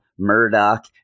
Murdoch